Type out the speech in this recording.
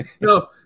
No